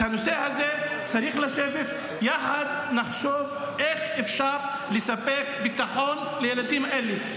על הנושא הזה צריך לשבת ביחד ולחשוב איך אפשר לספק ביטחון לילדים האלה.